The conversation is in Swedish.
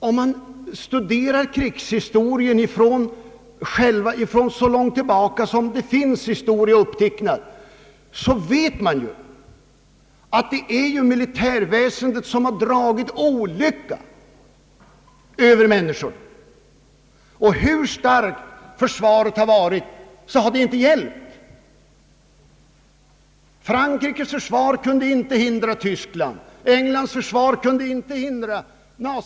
Om man studerar krigshistorien så långt tillbaka som den finns upptecknad, finner man att det är militärväsendet som har dragit olycka över människorna. Hur starkt försvaret än har varit, har det inte hjälpt. Frankrikes försvar kunde inte hindra Tyskland från att anfalla.